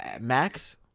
Max